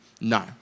no